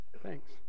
Thanks